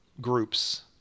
groups